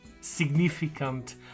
significant